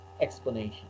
explanation